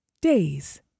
Days